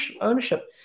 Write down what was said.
ownership